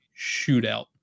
shootout